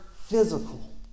physical